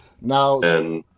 Now